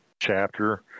chapter